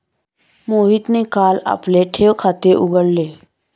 मोहितने काल आपले ठेव खाते उघडले